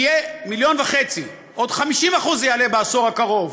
ויהיו מיליון וחצי, ב-50% זה יעלה בעשור הקרוב.